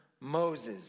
Moses